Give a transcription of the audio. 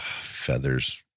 feathers